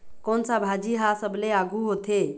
कोन सा भाजी हा सबले आघु होथे?